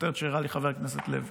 כותרת שהראה לי חבר הכנסת לוי.